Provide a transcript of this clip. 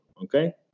Okay